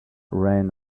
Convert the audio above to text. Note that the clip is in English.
ran